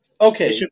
Okay